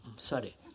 Sorry